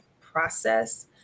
process